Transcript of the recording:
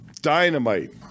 dynamite